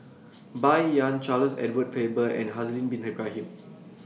Bai Yan Charles Edward Faber and Haslir Bin Ibrahim